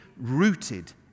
rooted